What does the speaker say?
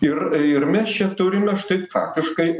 ir ir mes čia turime štai faktiškai